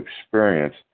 experience